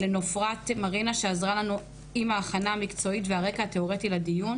לנפרת מרינה שעזרה לנו עם ההכנה המקצועית והרקע התיאורטי לדיון,